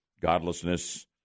godlessness